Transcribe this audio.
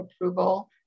approval